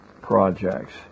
projects